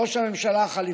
ראש הממשלה החליפי: